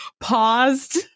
paused